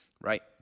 Right